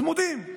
צמודים,